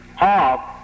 off